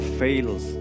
fails